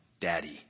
Daddy